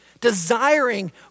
desiring